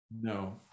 No